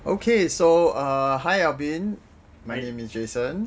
okay so err hi alvin my name is jason